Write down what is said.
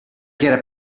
get